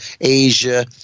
Asia